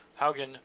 Haugen